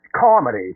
comedy